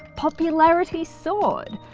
popularity soared.